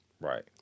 Right